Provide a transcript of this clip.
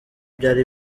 byari